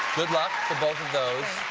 good luck to both of those.